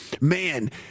Man